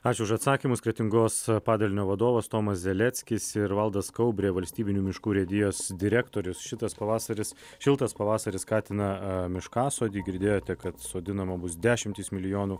ačiū už atsakymus kretingos padalinio vadovas tomas zaleckis ir valdas kaubrė valstybinių miškų urėdijos direktorius šitas pavasaris šiltas pavasaris skatina miškasodį girdėjote kad sodinama bus dešimtys milijonų